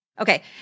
Okay